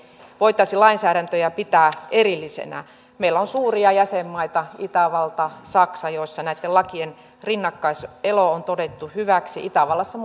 voitaisi lainsäädäntöjä pitää erillisinä meillä on suuria jäsenmaita itävalta saksa joissa näitten lakien rinnakkaiselo on todettu hyväksi itävallassa